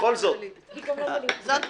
זאת רונית.